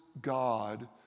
God